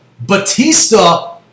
Batista